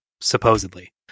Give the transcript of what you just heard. supposedly